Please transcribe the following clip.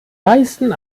meisten